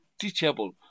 teachable